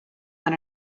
than